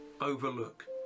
overlook